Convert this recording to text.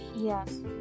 Yes